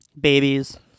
Babies